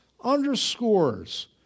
underscores